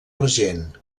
argent